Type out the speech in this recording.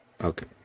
Okay